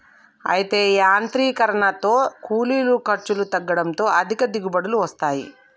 అయితే యాంత్రీకరనతో కూలీల ఖర్చులు తగ్గడంతో అధిక దిగుబడులు వస్తాయి